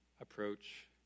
approach